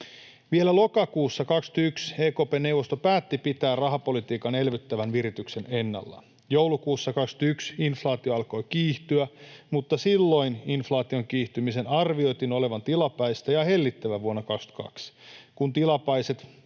Vielä lokakuussa 21 EKP:n neuvosto päätti pitää rahapolitiikan elvyttävän virityksen ennallaan. Joulukuussa 21 inflaatio alkoi kiihtyä, mutta silloin inflaation kiihtymisen arvioitiin olevan tilapäistä ja hellittävän vuonna 22, kun tilapäiset